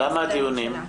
למה דיונים?